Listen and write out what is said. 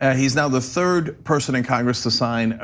ah he's now the third person in congress to sign,